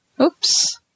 oops